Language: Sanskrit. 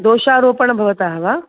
दोषारोपणं भवतः वा